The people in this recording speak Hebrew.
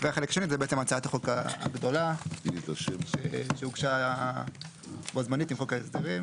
והחלק השני זה הצעת החוק הגדולה שהוגשה בו זמנית עם חוק ההסדרים